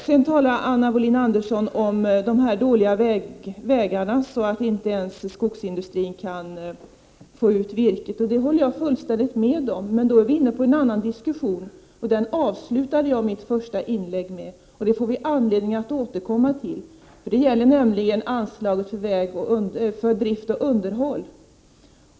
Anna Wohlin-Andersson talar om vägar som är så dåliga att skogsindustrin inte ens kan få ut virket. Detta håller jag helt med om, men då är vi inne i en annan diskussion, och där avslutade jag mitt första inlägg. Vi får anledning att återkomma till den här saken, för det gäller anslaget till drift och underhåll.